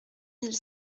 mille